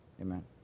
Amen